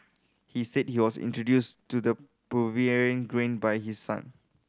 he said he was introduced to the Peruvian grain by his son